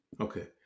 Okay